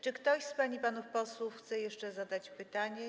Czy ktoś z pań i panów posłów chce jeszcze zadać pytanie?